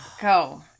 go